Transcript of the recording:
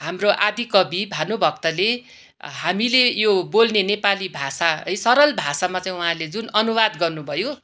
हाम्रो आदिकवि भानुभक्तले हामीले यो बोल्ने नेपाली भाषा है सरल भाषामा चाहिँ उहाँले जुन अनुवाद गर्नुभयो